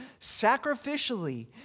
sacrificially